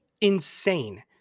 Insane